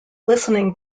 listening